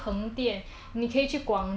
厦什么